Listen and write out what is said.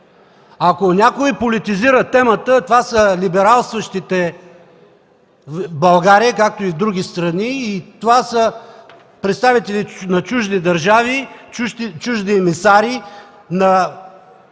Ако някой политизира темата, това са либералстващите в България, както и в други страни и това са представители на чужди държави, чужди емисари, на